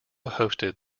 hosted